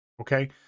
Okay